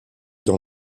dans